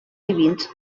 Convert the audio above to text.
divins